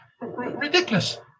ridiculous